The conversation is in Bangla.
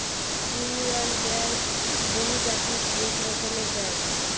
ইউনিয়ন ব্যাঙ্ক বহুজাতিক এক রকমের ব্যাঙ্ক